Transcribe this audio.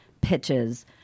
pitches